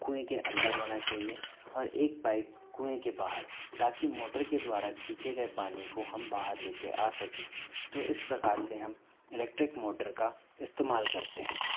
कुएं के अंदर होना चाहिए और एक पाइप कुएं के बाहर ताकि मोटर के द्वारा खीचे गए पानी को हम बाहर लेकर आ सकें तो इस प्रकार से हम इलेक्ट्रिक मोटर का इस्तेमाल करते हैं